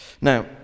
now